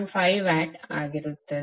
5 watt ಆಗಿರುತ್ತದೆ